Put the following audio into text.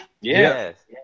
Yes